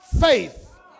faith